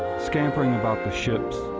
scampering about the ships,